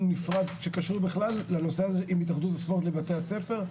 נפרד שקשור בכלל להתאחדות הספורט ולבתי הספר,